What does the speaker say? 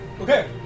Okay